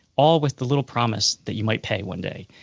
all with the little promise that you might pay one day.